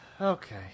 Okay